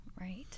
Right